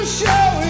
show